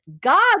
God